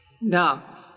Now